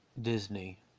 Disney